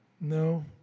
No